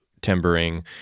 timbering